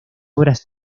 obras